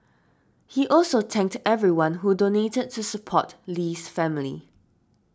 he also thanked everyone who donated to support Lee's family